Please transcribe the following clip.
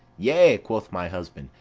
yea, quoth my husband,